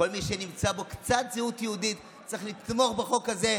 כל מי שנמצאת בו קצת זהות יהודית צריך לתמוך בחוק הזה,